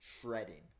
shredding